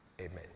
Amen